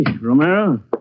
Romero